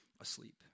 asleep